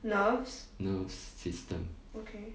nerves system